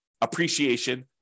appreciation